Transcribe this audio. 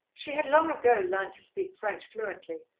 she had long ago learnt to speak french fluently,